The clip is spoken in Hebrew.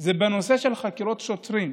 זה בנושא של חקירות שוטרים.